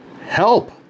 Help